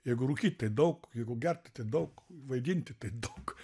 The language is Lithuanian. jeigu rūkyt tai daug jeigu gerti tai daug vaidinti tai daug